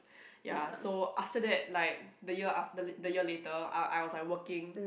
ya so after that like the year after the year later I I was like working